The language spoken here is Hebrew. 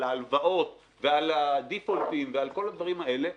ההלוואות ועל הדיפולטים ועל כל הדברים האלה,